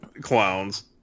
Clowns